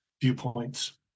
viewpoints